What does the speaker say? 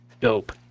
Dope